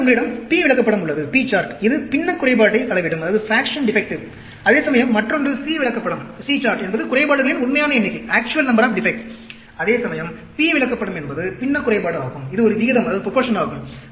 பின்னர் உங்களிடம் P விளக்கப்படம் உள்ளது இது பின்னக் குறைபாட்டை அளவிடும் அதேசமயம் மற்றொன்று C விளக்கப்படம் என்பது குறைபாடுகளின் உண்மையான எண்ணிக்கை அதேசமயம் P விளக்கப்படம் என்பது பின்னக் குறைபாடு ஆகும் இது ஒரு விகிதமாகும்